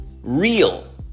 real